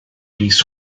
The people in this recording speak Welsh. fis